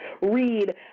read